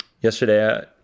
yesterday